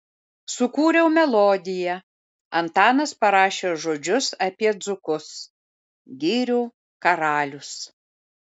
sukūriau melodiją antanas parašė žodžius apie dzūkus girių karalius